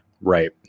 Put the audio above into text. right